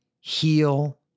heal